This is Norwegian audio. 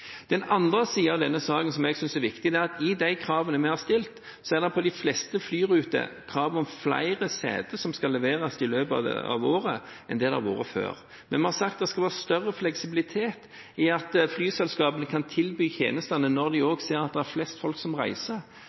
Den andre siden av denne saken som jeg synes er viktig, er at i de kravene vi har stilt, er det på de fleste flyruter krav om flere seter, som skal leveres i løpet av året, enn det har vært før. Vi har sagt at det skal være større fleksibilitet, slik at flyselskapene kan tilby tjenestene når de ser at det er flest folk som reiser.